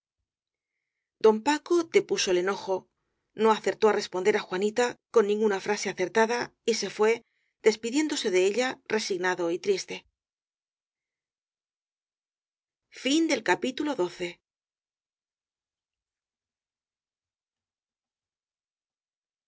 don paco depuso el enojo no acertó á respon der á juanita con ninguna frase concertada y se fué despidiéndose de ella resignado y triste